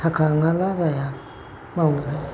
थाखा नङाब्ला जाया मावनो हाया